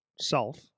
self